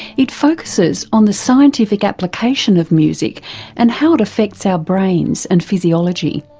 it focuses on the scientific application of music and how it affects our brains and physiology.